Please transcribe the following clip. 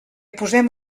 posem